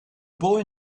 boy